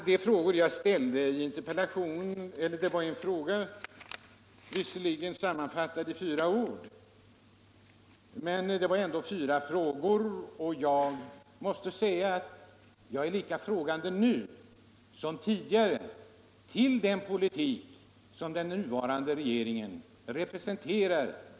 De frågor jag ställde i interpellationen — visserligen sammanfattade i fyra ord, men ändå fyra frågor — har jag inte fått svar på, och jag svävar fortfarande i ovisshet om vilken skogspolitik som den nuvarande regeringen representerar.